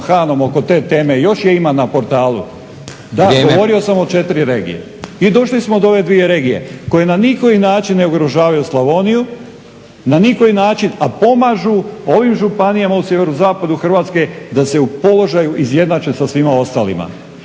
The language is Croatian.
Hanom oko te teme i još je ima na portalu. … /Upadica: Vrijeme./ … Da govorio sam o 4 regije i došli smo do ove 2 regije koje na nikoji način ne ugrožavaju Slavoniju, na nikoji način a pomažu ovim županijama u sjeverozapadu Hrvatske da se u položaju izjednače sa svima ostalima.